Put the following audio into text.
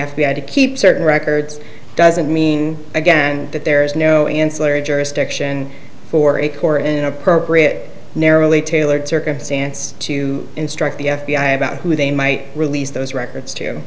i to keep certain records doesn't mean again that there is no ancillary jurisdiction for a core inappropriate narrowly tailored circumstance to instruct the f b i about who they might release those records to